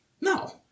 No